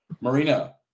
Marina